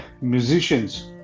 musicians